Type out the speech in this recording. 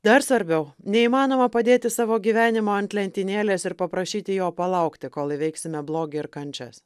dar svarbiau neįmanoma padėti savo gyvenimo ant lentynėlės ir paprašyti jo palaukti kol įveiksime blogį ir kančias